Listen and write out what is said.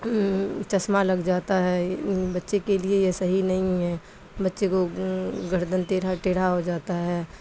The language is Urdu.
چشمہ لگ جاتا ہے بچے کے لیے یہ صحیح نہیں ہے بچے کو گردن ٹیڑھا ٹیڑھا ہو جاتا ہے